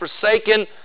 forsaken